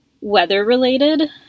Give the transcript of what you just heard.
weather-related